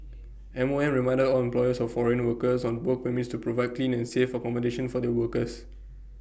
M O M reminded on employers of foreign workers on work permits to provide clean and safe accommodation for their workers